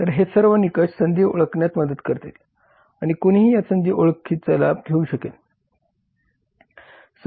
तर हे सर्व निकष संधी ओळखण्यात मदत करतील आणि कोणीही या संधी ओळखीचा लाभ घेऊ शकेल